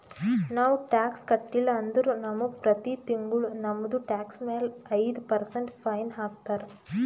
ನಾವು ಟ್ಯಾಕ್ಸ್ ಕಟ್ಟಿಲ್ಲ ಅಂದುರ್ ನಮುಗ ಪ್ರತಿ ತಿಂಗುಳ ನಮ್ದು ಟ್ಯಾಕ್ಸ್ ಮ್ಯಾಲ ಐಯ್ದ ಪರ್ಸೆಂಟ್ ಫೈನ್ ಹಾಕ್ತಾರ್